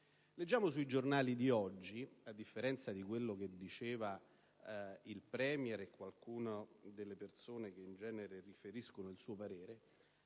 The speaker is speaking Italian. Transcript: Sui giornali di oggi, a differenza di quanto diceva il *premier* e qualcuna delle persone che in genere riferiscono il suo parere,